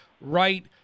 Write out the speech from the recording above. right